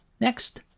Next